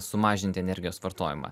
sumažinti energijos vartojimą